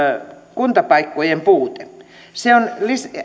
kuntapaikkojen puute se on